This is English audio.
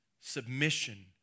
submission